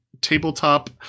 tabletop